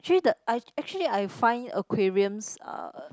actually the I actually I find aquariums uh